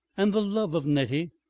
and the love of nettie,